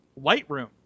Lightroom